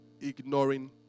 ignoring